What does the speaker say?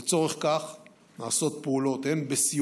לצורך זה נעשות פעולות הן בסיוע